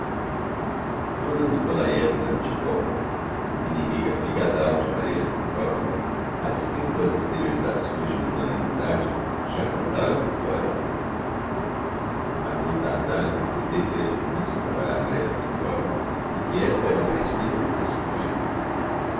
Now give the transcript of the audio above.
mordassov anna nikolaievna antipova inimiga figadal de maria alexandrovna a despeito das exteriorizações de mundana amizade já cantava victoria mas não tardaram em perceber que era difficil atrapalhar maria alexandrovna e que esta era mais fina do que